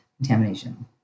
contamination